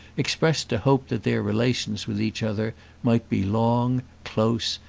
expressed a hope that their relations with each other might be long, close,